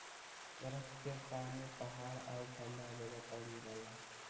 बरफ के पानी पहाड़ आउर ठंडा जगह पर मिलला